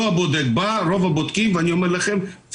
לא שהבודק בא אני אומר לכם שרוב הבודקים,